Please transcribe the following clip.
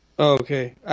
Okay